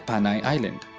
panay island.